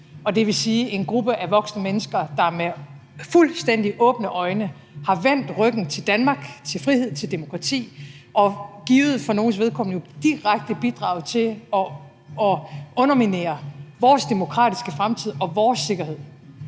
det vil sige en gruppe af voksne mennesker, der med fuldstændig åbne øjne har vendt ryggen til Danmark, til frihed, til demokrati og – givet – for nogles vedkommende direkte bidraget til at underminere vores demokratiske fremtid og vores sikkerhed.